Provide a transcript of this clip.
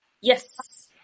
yes